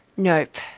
nope.